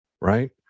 right